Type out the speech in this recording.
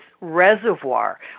reservoir